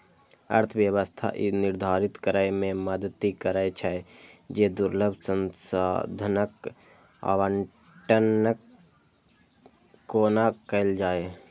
अर्थव्यवस्था ई निर्धारित करै मे मदति करै छै, जे दुर्लभ संसाधनक आवंटन कोना कैल जाए